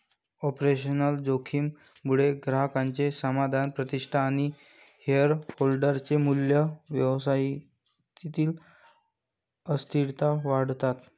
operational जोखीम मुळे ग्राहकांचे समाधान, प्रतिष्ठा आणि शेअरहोल्डर चे मूल्य, व्यवसायातील अस्थिरता वाढतात